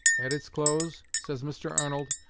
at its close, says mr. arnold,